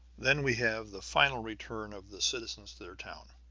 then we have the final return of the citizens to their town.